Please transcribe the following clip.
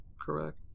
correct